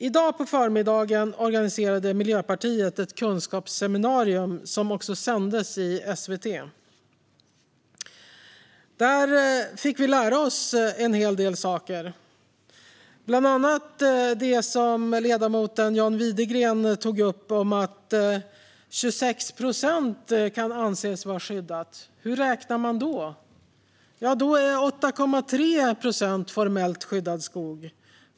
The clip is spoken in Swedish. I dag på förmiddagen organiserade Miljöpartiet ett kunskapsseminarium som också sändes i SVT. Där fick vi lära oss en hel del saker, bland annat det som ledamot John Widegren tog upp: att 26 procent av skogen kan anses vara skyddad. Hur räknar man då? Jo, då är 8,3 procent formellt skyddad skog.